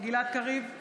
גלעד קריב,